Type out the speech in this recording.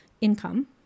income